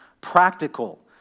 practical